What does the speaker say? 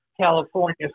California